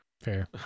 Fair